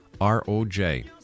ROJ